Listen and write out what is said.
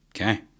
Okay